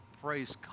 praise